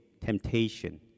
temptation